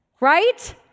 right